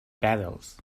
battles